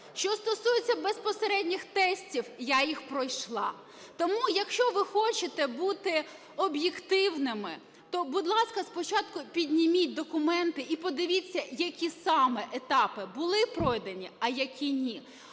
Що стосується безпосередніх тестів, я їх пройшла. Тому якщо ви хочете бути об'єктивними, то, будь ласка, спочатку підніміть документи і подивіться, які саме етапи були пройдені, а які ні.